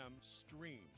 Streams